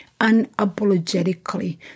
unapologetically